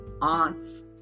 aunts